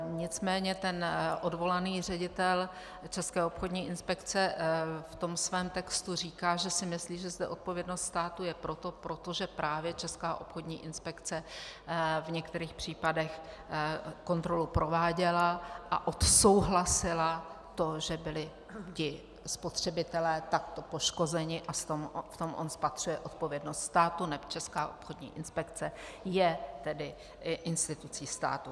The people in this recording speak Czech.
Nicméně ten odvolaný ředitel České obchodní inspekce ve svém textu říká, že si myslí, že zde odpovědnost státu je pro to, protože právě Česká obchodní inspekce v některých případech kontrolu prováděla a odsouhlasila to, že byli ti spotřebitelé takto poškozeni, a v tom on spatřuje odpovědnost státu, neb Česká obchodní inspekce je tedy institucí státu.